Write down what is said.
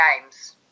games